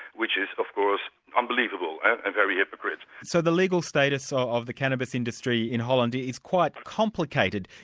which is of course unbelievable, and very hypocrit. so the legal status um of the cannabis industry in holland is quite complicated.